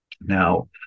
Now